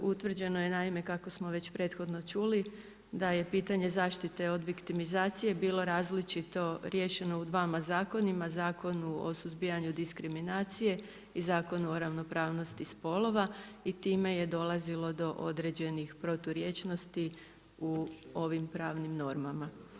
Utvrđeno je naime kako smo već prethodno čuli da je pitanje zaštite od viktimizacije bilo različito riješeno u dvama zakonima Zakonu o suzbijanju diskriminacije i Zakonu o ravnopravnosti spolova i time je dolazilo do određenih proturječnosti u ovim pravnim normama.